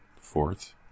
Fourth